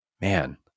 Man